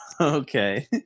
Okay